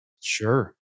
Sure